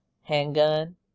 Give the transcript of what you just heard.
handgun